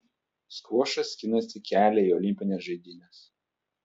skvošas skinasi kelią į olimpines žaidynes